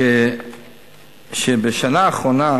שבשנה האחרונה